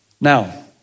Now